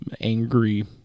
angry